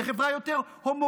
זה חברה יותר הומוגנית,